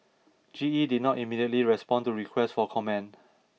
G E did not immediately respond to requests for comment